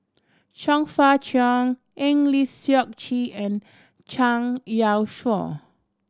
Chong Fah Cheong Eng Lee Seok Chee and Zhang Youshuo